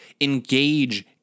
engage